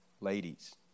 Ladies